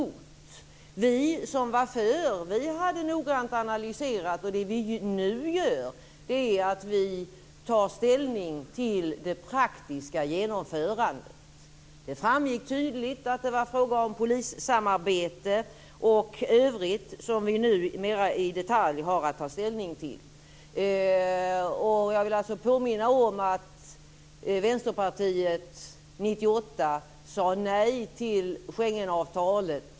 Vi som var för hade noggrant analyserat det. Det vi nu gör är att vi tar ställning till det praktiska genomförandet. Det framgick tydligt att det var fråga om polissamarbete och övrigt som vi nu mer i detalj har att ta ställning till. Jag vill alltså påminna om att Vänsterpartiet år 1998 sade nej till Schengenavtalet.